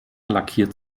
lackiert